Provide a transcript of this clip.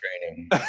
training